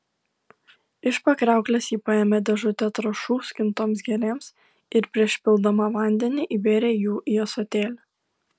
iš po kriauklės ji paėmė dėžutę trąšų skintoms gėlėms ir prieš pildama vandenį įbėrė jų į ąsotėlį